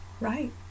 Right